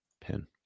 Pin